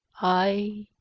i,